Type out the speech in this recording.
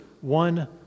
one